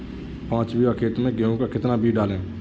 पाँच बीघा खेत में गेहूँ का कितना बीज डालें?